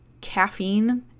caffeine